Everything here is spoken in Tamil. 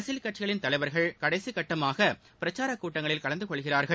அரசியல் கட்சிகளின் தலைவர்கள் கடைசி கட்டமாக பிரச்சாரக் கூட்டங்களில் கலந்து கொள்கிறார்கள்